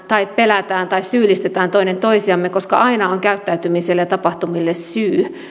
tai pelkäämme tai syyllistämme toinen toisiamme koska aina on käyttäytymiselle ja tapahtumille syy